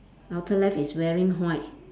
outer left is wearing white